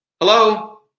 Hello